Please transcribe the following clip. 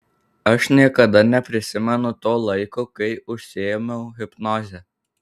aš niekada neprisimenu to laiko kai užsiėmiau hipnoze